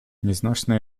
nieznośny